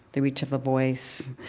the reach of a voice,